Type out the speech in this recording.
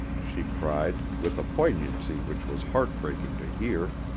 she cried, with a poignancy which was heart-breaking to hear.